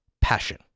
passion